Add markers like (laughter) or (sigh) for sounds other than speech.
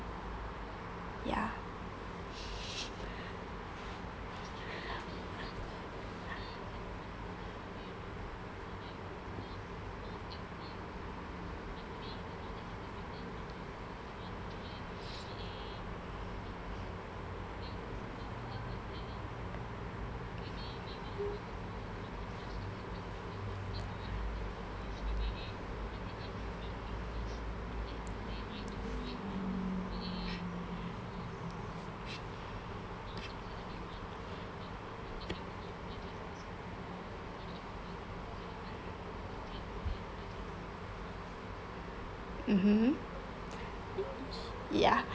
ya (laughs) mmhmm ya